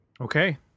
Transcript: Okay